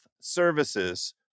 Services